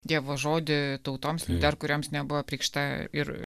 dievo žodį tautoms dar kurioms nebuvo apreikšta ir